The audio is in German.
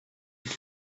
die